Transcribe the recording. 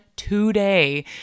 today